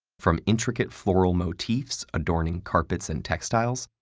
from intricate floral motifs adorning carpets and textiles,